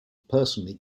personally